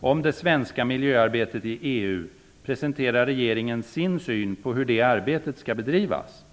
om det svenska miljöarbetet i EU presenterar regeringen sin syn på hur det arbetet skall bedrivas.